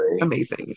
amazing